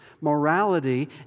morality